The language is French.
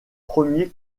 premier